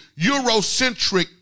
Eurocentric